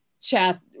chat